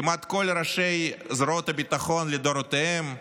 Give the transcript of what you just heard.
כמעט כל ראשי זרועות הביטחון לדורותיהם,